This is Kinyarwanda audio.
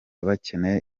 bakeneye